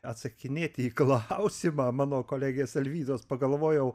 atsakinėti į klausimą mano kolegės alvydos pagalvojau